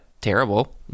terrible